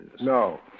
No